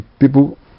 people